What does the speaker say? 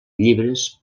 llibres